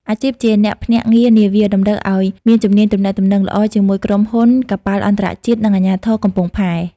អាជីពជាអ្នកភ្នាក់ងារនាវា តម្រូវឱ្យមានជំនាញទំនាក់ទំនងល្អជាមួយក្រុមហ៊ុនកប៉ាល់អន្តរជាតិ និងអាជ្ញាធរកំពង់ផែ។